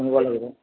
কিনিব লাগিবতো